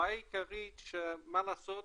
הבעיה העיקרית היא שמה לעשות,